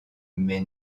mais